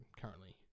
currently